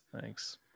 thanks